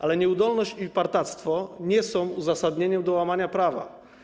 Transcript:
Ale nieudolność i partactwo nie są uzasadnieniem łamania prawa.